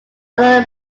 other